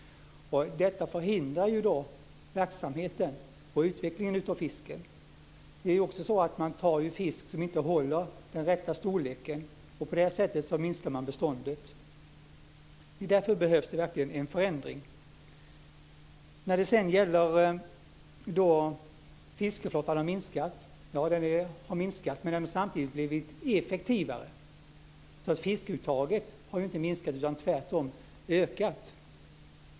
Detta förhindrar verksamheten och utvecklingen av fisken. Man tar också fisk som inte håller den rätta storleken, och på det sättet minskar man beståndet. Därför behövs det verkligen en förändring. Sedan gällde det att fiskeflottan har minskat. Ja, den har minskat, men den har samtidigt blivit effektivare. Fiskuttaget ur havet har alltså inte minskat utan tvärtom ökat.